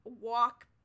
walk